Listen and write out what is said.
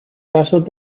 casos